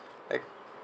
like